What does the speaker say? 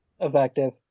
Effective